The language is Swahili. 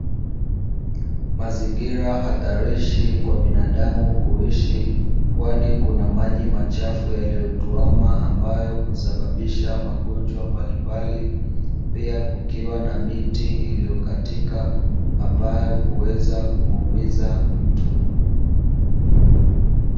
Mazingira hatarishi kwa binadamu kuishi, kwani kuna maji machafu yaliyotuama ambayo husababisha magonjwa mbalimbali, pia kukiwa na miti iliyokatika ambayo huweza kumuumiza mtu.